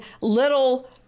little